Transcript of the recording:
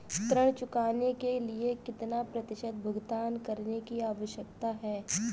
ऋण चुकाने के लिए कितना प्रतिशत भुगतान करने की आवश्यकता है?